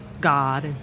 God